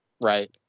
Right